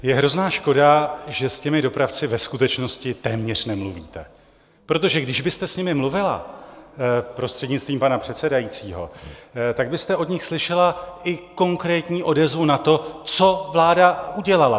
Je hrozná škoda, že s těmi dopravci ve skutečnosti téměř nemluvíte, protože když byste s nimi mluvila, prostřednictvím pana předsedajícího, tak byste od nich slyšela i konkrétní odezvu na to, co vláda udělala.